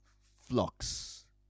flux